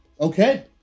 Okay